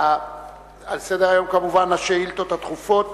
על סדר-היום כמובן השאילתות הדחופות,